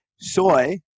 Soy